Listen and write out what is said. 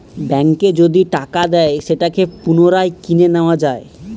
ব্যাঙ্কে যদি টাকা দেয় সেটাকে পুনরায় কিনে নেত্তয়া যায়